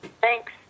Thanks